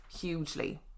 hugely